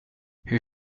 hur